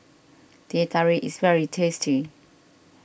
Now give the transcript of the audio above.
Teh Tarik is very tasty